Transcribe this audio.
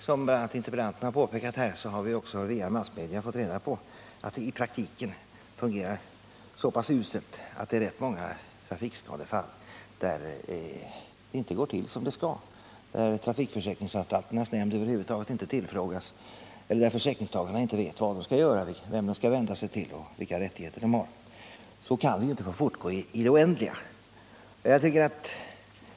Som interpellanten redan påpekat har vi också via massmedia fått reda på att systemet i praktiken fungerar så pass uselt att det i rätt många trafikskadefall inte går till som det skall, att trafikförsäkringsanstalternas nämnd över huvud taget inte tillfrågas, att försäkringstagarna inte vet vem de skall vända sig till och vilka rättigheter de har. Så kan det inte få fortgå i det oändliga.